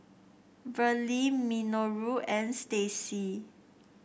Verle Minoru and Staci